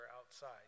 outside